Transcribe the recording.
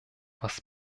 was